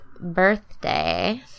birthday